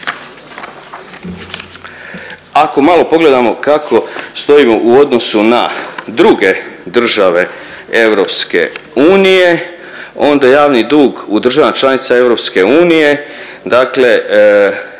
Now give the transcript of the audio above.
Ako malo pogledamo kako stojimo u odnosu na druge države EU onda javni dug u državama članicama EU dakle